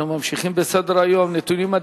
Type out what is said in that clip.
אנחנו עוברים להצעות לסדר-היום מס' 4255,